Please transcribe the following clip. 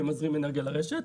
ומזרים אנרגיה לרשת.